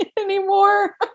anymore